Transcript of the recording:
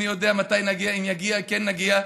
מי יודע מתי נגיע, אם נגיע, כן יגיע.